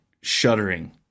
shuddering